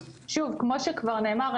כמו שנאמר,